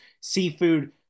seafood